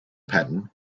patton